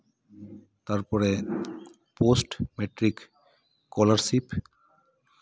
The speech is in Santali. ᱛᱟᱨᱯᱚᱨᱮ ᱯᱳᱥᱴ ᱢᱮᱴᱨᱤᱠ ᱥᱠᱚᱞᱟᱨᱥᱤᱯ